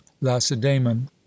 Lacedaemon